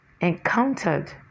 encountered